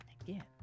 again